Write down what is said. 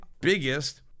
biggest